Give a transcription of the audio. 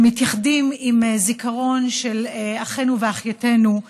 ומתייחדים עם הזיכרון של אחינו ואחיותינו,